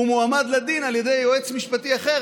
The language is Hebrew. הוא מועמד לדין על ידי יועץ משפטי אחר,